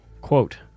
Quote